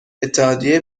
اتحادیه